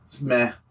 meh